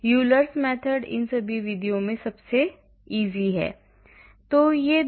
Euler की विधि इन सभी विधियों में से सबसे सरल है